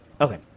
okay